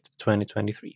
2023